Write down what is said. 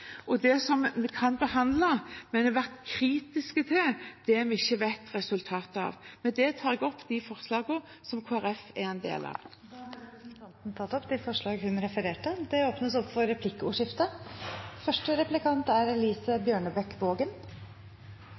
og det vi kan behandle, men vi har vært kritiske til det vi ikke vet resultatet av. Med det tar jeg opp forslagene som Kristelig Folkeparti er en del av, og det vi står alene om. Representanten Olaug V. Bollestad har tatt opp de forslagene hun refererte til. Det blir replikkordskifte. Som politikere er